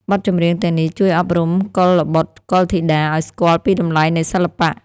បទចម្រៀងទាំងនេះជួយអប់រំកុលបុត្រកុលធីតាឱ្យស្គាល់ពីតម្លៃនៃសិល្បៈ។